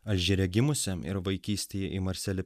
alžyre gimusiam ir vaikystėje į marselį